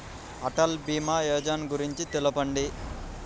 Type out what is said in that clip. అటల్ భీమా యోజన గురించి తెలుపండి?